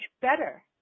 better